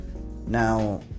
now